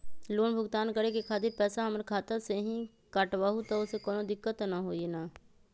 Loan भुगतान करे के खातिर पैसा हमर खाता में से ही काटबहु त ओसे कौनो दिक्कत त न होई न?